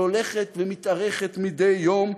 שהולכת ומתארכת מדי יום,